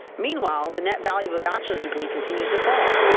meanwhile, the net value of a bachelor degrees continues to fall.